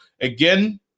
again